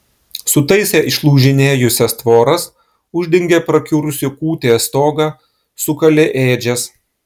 sutaisė išlūžinėjusias tvoras uždengė prakiurusį kūtės stogą sukalė ėdžias